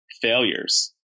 failures